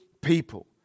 people